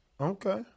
Okay